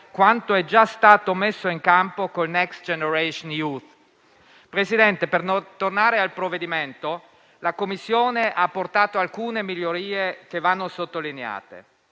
quanto è già stato messo in campo con Next Generation EU. Signor Presidente, per tornare al provvedimento, la Commissione ha apportato alcune migliorie che vanno sottolineate: